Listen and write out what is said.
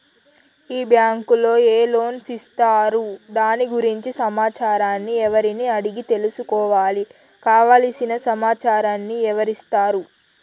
ఈ బ్యాంకులో ఏ లోన్స్ ఇస్తారు దాని గురించి సమాచారాన్ని ఎవరిని అడిగి తెలుసుకోవాలి? కావలసిన సమాచారాన్ని ఎవరిస్తారు?